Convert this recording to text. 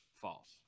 false